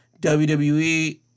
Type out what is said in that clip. WWE